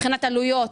מבחינת עלויות,